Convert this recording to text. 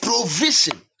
provision